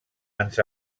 ens